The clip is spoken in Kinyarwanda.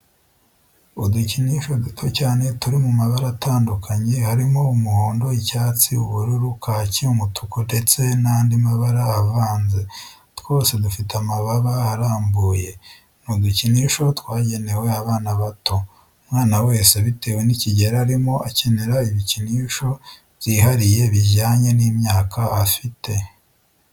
Udukinisho duto cyane turi mu mabara atandukanye harimo umuhondo, icyatsi, ubururu kaki umutuku ndetse n'andi mabara avanze, twose dufite amababa arambuye. Ni udukinisho twagenewe abana bato. Umwana wese bitewe n'ikigero arimo akenera ibikinsho byihariye bijyanye n'imyaka afite.